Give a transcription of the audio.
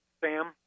Sam